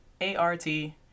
A-R-T